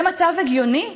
זה מצב הגיוני,